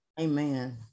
Amen